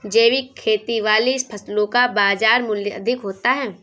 जैविक खेती वाली फसलों का बाजार मूल्य अधिक होता है